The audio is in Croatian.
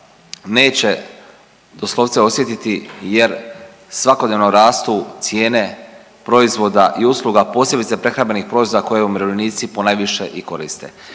neće doslovce osjetiti jer svakodnevno rastu cijene proizvoda i usluga, posebice prehrambenih proizvoda koje umirovljenici ponajviše i koriste.